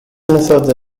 method